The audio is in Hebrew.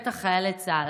בטח חיילי צה"ל.